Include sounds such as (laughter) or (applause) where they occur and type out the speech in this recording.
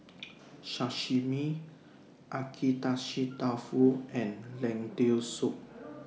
(noise) Sashimi Agedashi Dofu and Lentil Soup